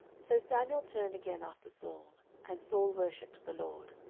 so samuel turned again after saul and saul worshipped the lord.